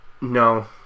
no